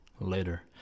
later